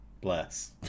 Bless